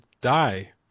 die